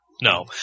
no